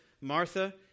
Martha